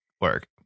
Work